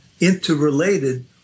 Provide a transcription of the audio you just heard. interrelated